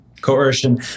Coercion